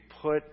put